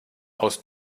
aus